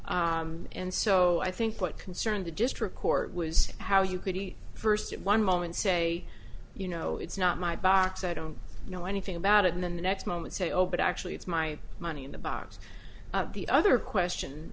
and so i think what concerned the district court was how you pretty first at one moment say you know it's not my box i don't know anything about it and then the next moment say oh but actually it's my money in the box the other question